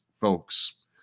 folks